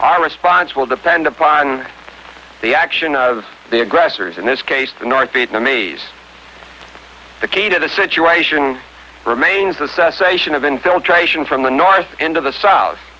our response will depend upon the action of the aggressors in this case the north vietnamese the key to the situation remains the cessation of infiltration from the north into the south